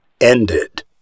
ended